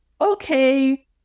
okay